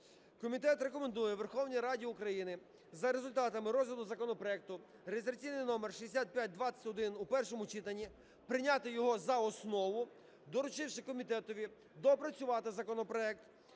Комітет рекомендує Верховній Раді України за результатами розгляду законопроекту реєстраційний номер 6521 у першому читанні прийняти його за основу, доручивши комітетові доопрацювати законопроект